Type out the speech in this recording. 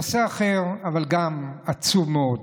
נושא אחר, אבל גם עצוב מאוד: